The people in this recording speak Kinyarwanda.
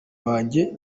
wanjye